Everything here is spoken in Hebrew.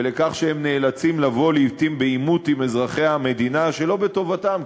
ועל כך שהם נאלצים לבוא לעתים בעימות עם אזרחי המדינה שלא בטובתם,